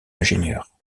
ingénieur